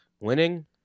winning